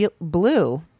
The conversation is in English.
blue